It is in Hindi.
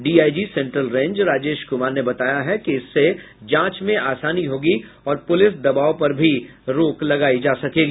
DIG central range Rajesh Kumar ने बताया है कि इससे जांच में आसानी होगी और पुलिस दबाव पर भी रोक लगायी जा सकेगी